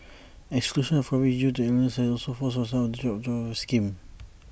exclusion of coverage due to illnesses also forces some of them to drop out of the scheme